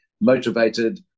motivated